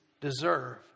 deserve